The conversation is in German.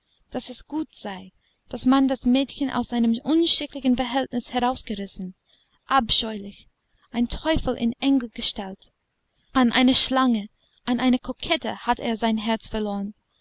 daß es gut sei daß man das mädchen aus einem unschicklichen verhältnis herausgerissen abscheulich ein teufel in engelsgestalt an eine schlange an eine kokette hat er sein herz verloren